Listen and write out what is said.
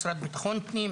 משרד ביטחון הפנים,